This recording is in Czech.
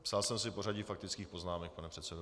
Psal jsem si pořadí faktických poznámek, pane předsedo.